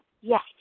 yes